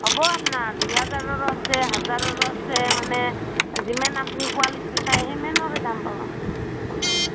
হ'ব আপোনাৰ দুই হাজাৰৰো আছে হাজাৰৰো আছে মানে যিমান আপুনি কোৱালিটি চাই সিমানৰে দাম পাব হ'ব